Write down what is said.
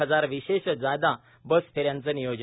हजार विशेष जादा बस फेऱ्यांचं नियोजन